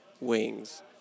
wings